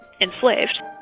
enslaved